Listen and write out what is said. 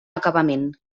acabament